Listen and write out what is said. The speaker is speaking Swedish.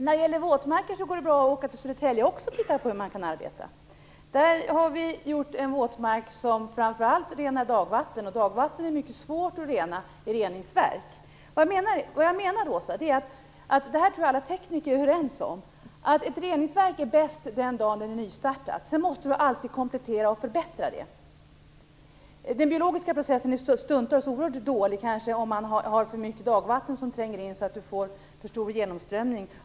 När det gäller våtmarker går det också bra att åka till Södertälje och titta på hur man kan arbeta. Där har vi gjort en våtmark som framför allt renar dagvatten, och dagvatten är mycket svårt att rena i reningsverk. Vad jag menar, Åsa Stenberg, och det tror jag att alla tekniker är överens om, är att ett reningsverk är bäst den dagen det är nystartat. Sedan måste man alltid komplettera och förbättra det. Den biologiska processen kan stundtals vara oerhört dålig om för mycket dagvatten tränger in, så att man får för stor genomströmning.